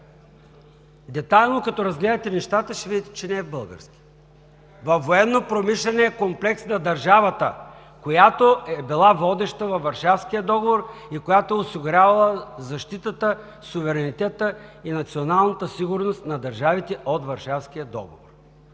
Детайлно като разгледате нещата, ще видите, че не е български. Във военнопромишления комплекс на държавата, която е била водеща във Варшавския договор и която е осигурявала защитата, суверенитета и националната сигурност на държавите от Варшавския договор.